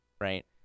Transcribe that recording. right